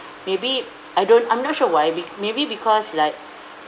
maybe I don't I'm not sure why be~ maybe because like